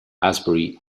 asbury